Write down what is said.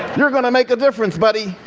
you're going to make a difference, buddy.